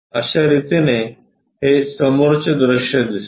अश्या रितीने हे समोरचे दृश्य दिसते